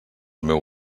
meu